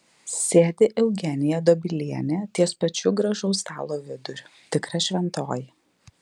sėdi eugenija dobilienė ties pačiu gražaus stalo viduriu tikra šventoji